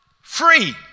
free